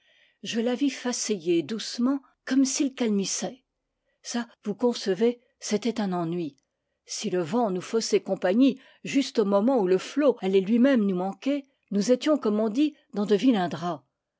je la vis faseyer doucement comme s'il calmissait ça vous concevez c'était un ennui si le vent nous faussait compagnie juste au moment où le flot allait lui-même nous manquer nous étions comme on dit dans